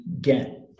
get